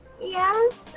Yes